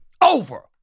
Over